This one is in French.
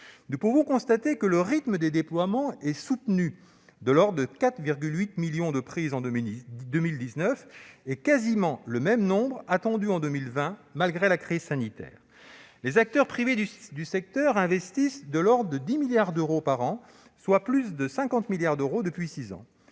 Nous pouvons constater que le rythme des déploiements est soutenu, de l'ordre de 4,8 millions de prises en 2019 ; quasiment le même nombre est attendu en 2020, malgré la crise sanitaire. Les acteurs privés du secteur investissent de l'ordre de 10 milliards d'euros par an, soit plus de 50 milliards d'euros depuis six ans.